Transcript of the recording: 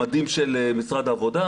מדים של משרד העבודה,